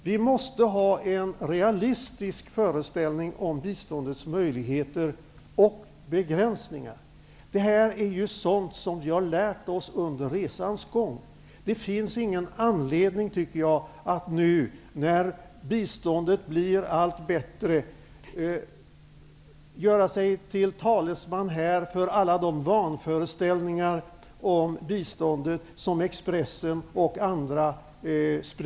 Vi måste ha en realistisk föreställning om biståndets möjligheter och begränsningar. Det här är sådant som vi har lärt oss under resans gång. Det finns ingen anledning, tycker jag, att nu när biståndet blir allt bättre göra sig till talesman här för alla de vanföreställningar om biståndet som sprids via Expressen och på annat sätt.